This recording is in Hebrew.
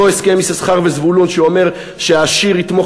אותו הסכם יששכר וזבולון שאומר שהעשיר יתמוך